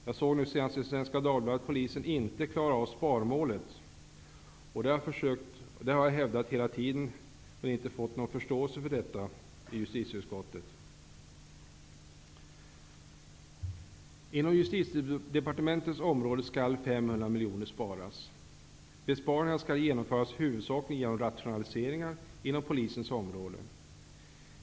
Jag såg senast i Svenska Dagbladet att polisen inte klarar av sparmålet. Jag har hela tiden hävdat att det skulle bli så, men jag har inte fått någon förståelse för detta i justitieutskottet. 500 000 miljoner kronor skall sparas inom justitiedepartementets område. Besparingarna skall genomföras huvudsakligen genom rationaliseringar i Polisens verksamhet.